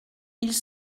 ils